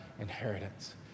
inheritance